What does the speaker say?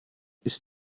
ist